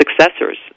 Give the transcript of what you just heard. successors